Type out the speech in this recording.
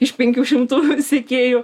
iš penkių šimtų sekėjų